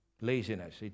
laziness